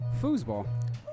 Foosball